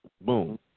Boom